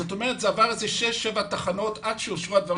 זאת אומרת שזה עבר שש או שבע תחנות עד שאושרו הדברים.